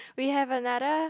we have another